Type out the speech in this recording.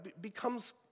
becomes